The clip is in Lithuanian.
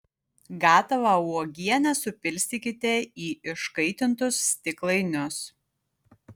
gatavą uogienę supilstykite į iškaitintus stiklainius